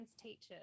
teachers